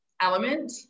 element